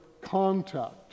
contact